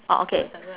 oh okay